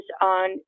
on